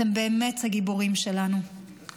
אתם באמת הגיבורים שלנו.